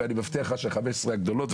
ואני מבטיח לך שחמש עשרה הגדולות,